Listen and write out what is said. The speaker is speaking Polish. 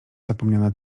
zapomniana